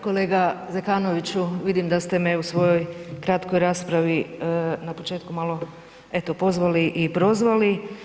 Kolega Zekanoviću, vidim da ste me u svojoj kratkoj raspravi na početku malo eto pozvali i prozvali.